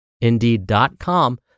indeed.com